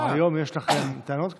היום יש לך טענות כלפיו.